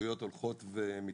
העלויות הולכות ומתעצמות,